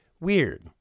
weird